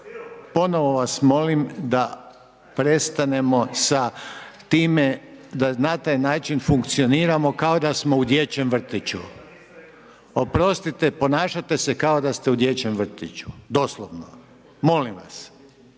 ponovno vas molim, da prestanemo sa time da na taj način funkcioniramo kao da smo u dječjem vrtiću. Oprostite ponašate se kao da ste u dječjem vrtiću, doslovno, molim vas.